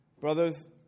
Brothers